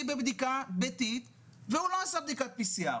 בבדיקה ביתית והוא לא עשה בדיקת PCR,